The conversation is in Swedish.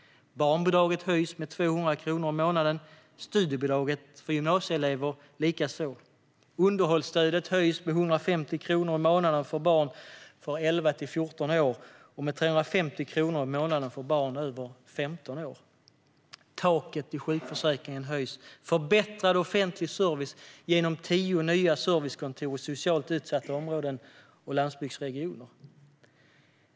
Barnbidraget höjs med 200 kronor i månaden och studiebidraget för gymnasieelever likaså. Underhållsstödet höjs med 150 kronor i månaden för barn i åldern 11-14 år och med 350 kronor i månaden för barn över 15 år. Taket i sjukförsäkringen höjs. Det blir en förbättrad offentlig service genom tio nya servicekontor i socialt utsatta områden och landsbygdsregioner.